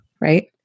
right